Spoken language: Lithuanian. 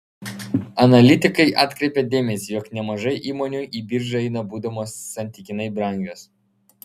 analitikai atkreipia dėmesį jog nemažai įmonių į biržą eina būdamos santykinai brangios